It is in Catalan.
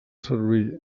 servir